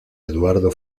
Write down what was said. eduardo